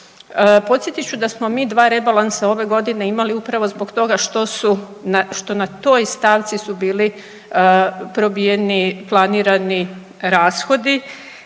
Podsjetit ću da smo mi dva rebalansa ove godine imali upravo zbog toga što na toj stavci su bili probijeni planirani rashodi,